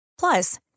Plus